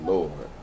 Lord